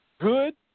good